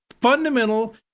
fundamental